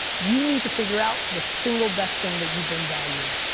you need to figure out the single best thing that you bring value in,